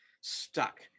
stuck